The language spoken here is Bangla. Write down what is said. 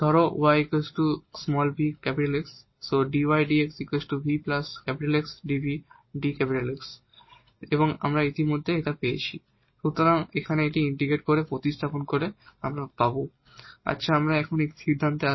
ধরো এবং এখন আমরা ইতিমধ্যেই এটি পেয়েছি সুতরাং এখানে এটি ইন্টিগ্রেট করে প্রতিস্থাপন করে পাই আচ্ছা এখন আমরা সিদ্ধান্তে আসি